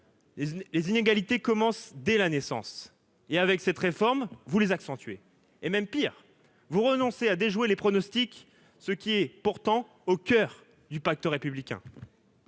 les inégalités commencent dès la naissance, et avec cette réforme, vous les accentuer et même pire, vous renoncez à déjouer les pronostics, ce qui est pourtant au coeur du pacte républicain,